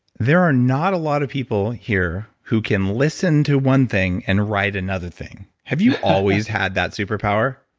there are not a lot of people here who can listen to one thing and write another thing. have you always had that superpower?